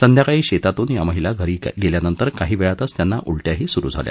संध्याकाळी शेतातून या महिला घरी आल्यानंतर काही वेळातच त्यांना उलट्याही सुरू झाल्या